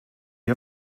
you